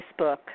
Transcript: Facebook